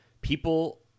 people